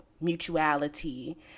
mutuality